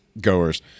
goers